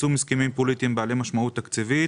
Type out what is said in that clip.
יישום הסכמים פוליטיים בעלי משמעות תקציבית,